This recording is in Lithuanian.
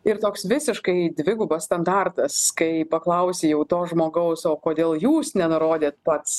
ir toks visiškai dvigubas standartas kai paklausi jau to žmogaus o kodėl jūs nenurodėt pats